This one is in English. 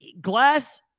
glass